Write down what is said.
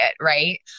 right